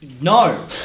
No